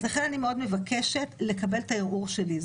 אני מאוד מבקשת לקבל את הערעור שלי.